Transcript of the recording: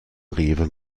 rewe